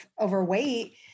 overweight